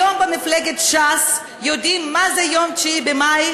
היום במפלגת ש"ס יודעים מה זה יום 9 במאי,